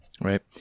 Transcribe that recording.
Right